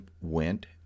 went